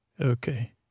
Okay